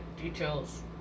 details